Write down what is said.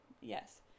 Yes